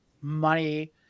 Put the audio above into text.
money